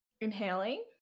Inhaling